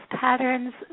patterns